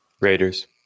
Raiders